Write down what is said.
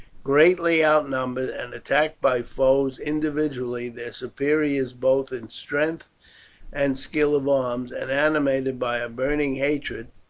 greatly outnumbered, and attacked by foes individually their superiors both in strength and skill of arms, and animated by a burning hatred,